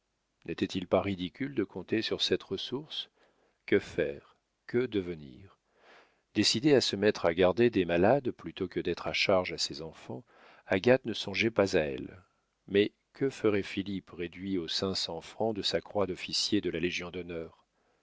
n'était-il pas ridicule de compter sur cette ressource que faire que devenir décidée à se mettre à garder des malades plutôt que d'être à charge à ses enfants agathe ne songeait pas à elle mais que ferait philippe réduit aux cinq cents francs de sa croix d'officier de la légion-d'honneur depuis